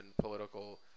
political